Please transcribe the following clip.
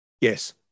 Yes